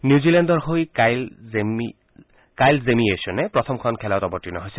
নিউজিলেণ্ডৰ হৈ কাইল জেমিয়েশ্যনে প্ৰথমখন খেলত অৱতীৰ্ণ হৈছে